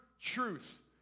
truth